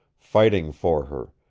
fighting for her,